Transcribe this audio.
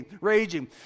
raging